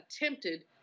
attempted